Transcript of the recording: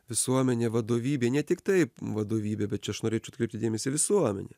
visuomenė vadovybė ne tiktai vadovybė bet čia aš norėčiau atkreipti dėmesį į visuomenę